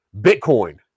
Bitcoin